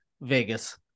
Vegas